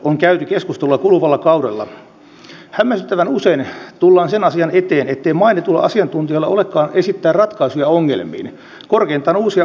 on annettava tunnustusta siitä miten hienosti puolustushallinnon sektorilla toteutettiin vaadittavat sopeuttamistoimenpiteet ja vielä nopeutetussa aikataulussa